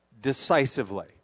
decisively